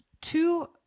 two